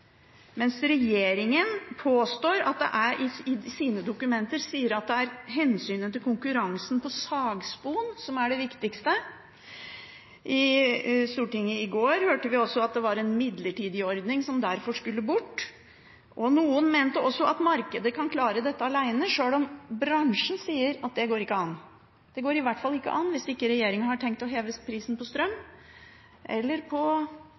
mens regjeringen i sine dokumenter sier at det er hensynet til konkurransen på sagspon som er det viktigste. I Stortinget i går hørte vi også at det var en midlertidig ordning, som derfor skulle bort, og noen mente også at markedet kan klare dette alene, sjøl om bransjen sier at det går ikke an. Det går i hvert fall ikke an hvis ikke regjeringen har tenkt å heve prisen på strøm eller